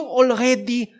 already